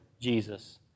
Jesus